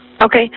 Okay